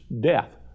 death